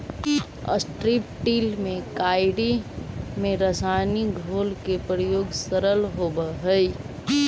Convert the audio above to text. strip till के क्यारि में रसायनिक घोल के प्रयोग सरल होवऽ हई